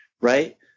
right